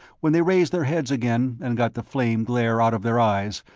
when they raised their heads again and got the flame glare out of their eyes,